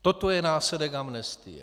Toto je následek amnestie.